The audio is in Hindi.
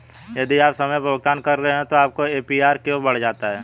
यदि आप समय पर भुगतान कर रहे हैं तो आपका ए.पी.आर क्यों बढ़ जाता है?